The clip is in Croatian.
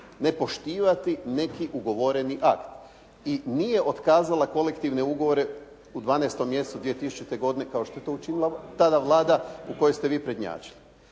ne poštivati neki ugovoreni akt. I nije otkazala kolektivne ugovore u 12. mjesecu 2000. godine, kao što je to učinila tada Vlada u kojoj ste vi prednjačili.